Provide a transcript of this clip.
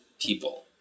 people